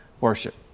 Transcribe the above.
worship